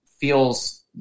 feels